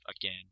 again